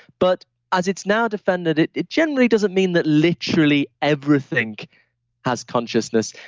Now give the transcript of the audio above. but as it's now defended it it generally doesn't mean that literally everything has consciousness.